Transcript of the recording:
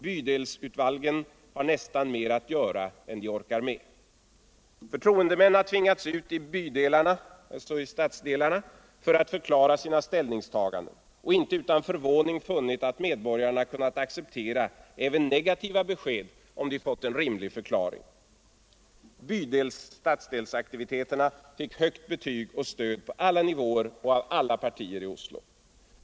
Bydelsutvalgen har nästan mer att göra än de orkar med. Förtroendemän har tvingats ut i bydelarna för att förklara sina ställningstaganden, och inte utan förvåning funnit att medborgarna kunnat acceptera även negativa besked om de fått en rimlig förklaring. Bydelsaktiviteterna fick högt betyg och stöd på alla nivåer och av alla partier i Oslo.